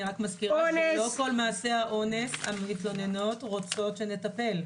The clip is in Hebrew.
אני רק מזכירה שלא בכל מעשי האונס המתלוננות רוצות שנטפל.